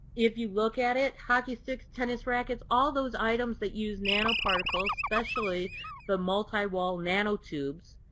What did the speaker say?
if you look at it, hockey sticks, tennis rackets, all those items that use nanoparticles, especially the multiwall nanotubes,